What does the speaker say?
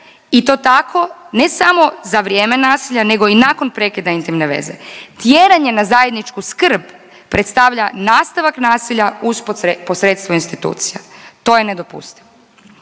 i to tako ne samo za vrijeme nasilja nego i nakon prekida intimne veze. Tjeranje na zajedničku skrb predstavlja nastavak nasilja uz posredstvo institucija. To je nedopustivo.